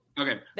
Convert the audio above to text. okay